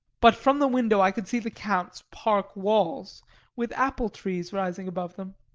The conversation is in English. but from the window i could see the count's park walls with apple trees rising above them.